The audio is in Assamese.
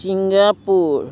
ছিংগাপুৰ